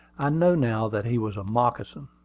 i know now that he was a moccasin.